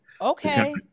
Okay